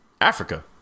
Africa